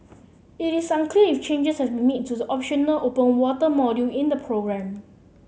it is unclear if changes have made to the optional open water module in the programme